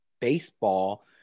baseball